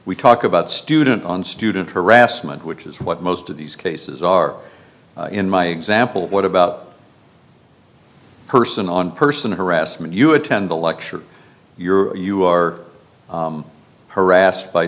we talk about student on student harassment which is what most of these cases are in my example of what about person on person harassment you attend the lecture you're you are harassed by